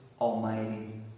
Almighty